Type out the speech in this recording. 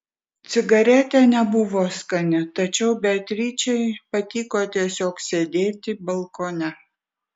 cigaretė nebuvo skani tačiau beatričei patiko tiesiog sėdėti balkone